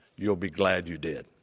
you'll be glad you did.